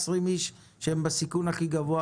עשרים אנשים שהם בסיכון הכי גבוה